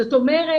זאת אומרת,